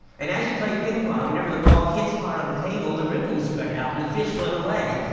and as you play ping-pong, whenever the ball hits part of the table, the ripples spread out and the fish run away.